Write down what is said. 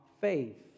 faith